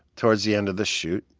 towards the end of the shoot,